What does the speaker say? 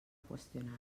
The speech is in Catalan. qüestionar